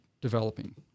developing